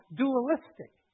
dualistic